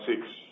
six